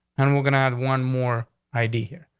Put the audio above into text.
and we're gonna have one more i d. here.